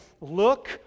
Look